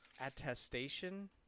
Attestation